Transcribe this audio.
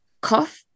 cough